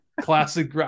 classic